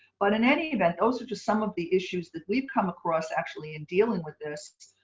but in any event, those are just some of the issues that we've come across actually in dealing with this.